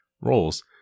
roles